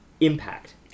Impact